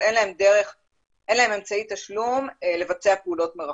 שאין להם אמצעי תשלום לבצע פעולות מרחוק.